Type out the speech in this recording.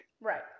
Right